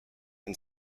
and